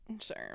Sure